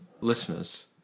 listeners